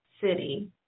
City